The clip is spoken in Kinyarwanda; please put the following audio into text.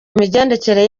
imigendekere